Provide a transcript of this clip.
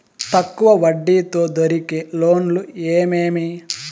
తక్కువ వడ్డీ తో దొరికే లోన్లు ఏమేమి